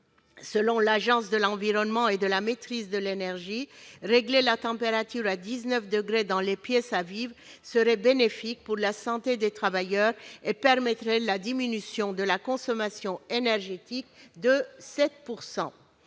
selon l'Agence de l'environnement et de la maîtrise de l'énergie, régler la température à 19 degrés dans les pièces à vivre serait bénéfique pour la santé des travailleurs et permettrait la diminution de la consommation énergétique de 7 %.